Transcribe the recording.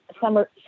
summer